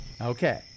Okay